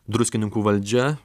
druskininkų valdžia